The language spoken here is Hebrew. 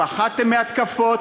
פחדתם מהתקפות,